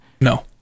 No